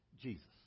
Jesus